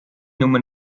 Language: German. nummer